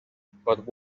but